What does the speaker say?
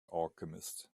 alchemist